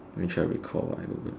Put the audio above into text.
let me try and recall what I Google